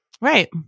Right